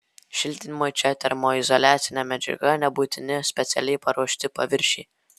šiltinimui šia termoizoliacine medžiaga nebūtini specialiai paruošti paviršiai